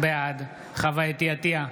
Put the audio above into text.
בעד חוה אתי עטייה,